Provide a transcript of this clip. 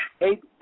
eight